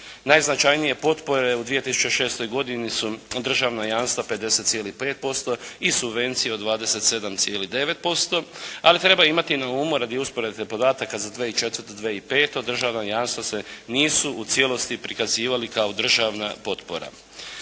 Najznačajnije potpore u 2006. godini su državna jamstva 50,5%, i subvencije od 27,9% ali treba imati na umu radi usporedbe podataka za 2004./2005. državna jamstva se nisu u cijelosti prikazivali kao državna potpora.